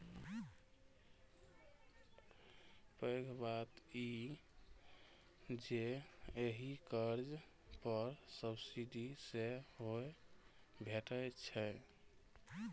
पैघ बात ई जे एहि कर्ज पर सब्सिडी सेहो भैटै छै